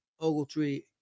Ogletree